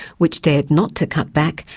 which dared not to cut back,